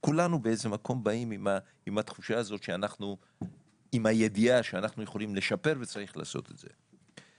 כולנו באיזה מקום באים עם הידיעה שאנחנו יכולים לשפר וצריך לעשות את זה.